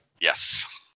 Yes